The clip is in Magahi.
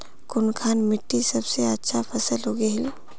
कुनखान मिट्टी सबसे ज्यादा फसल उगहिल?